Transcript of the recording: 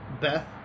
Beth